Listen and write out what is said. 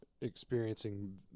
experiencing